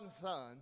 Son